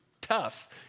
tough